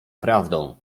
prawdą